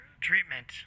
treatment